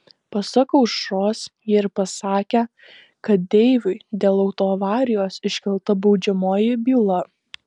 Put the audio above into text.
pasak aušros jie ir pasakę kad deiviui dėl autoavarijos iškelta baudžiamoji byla